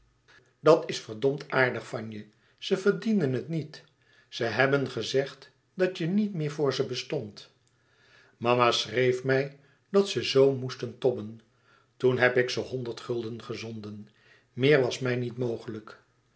dat is verdomd aardig van je ze verdienen het niet ze hebben gezegd dat je niet meer voor ze bestond mama schreef mij dat ze zoo moesten tobben toen heb ik ze honderd gulden gezonden meer was mij niet mogelijk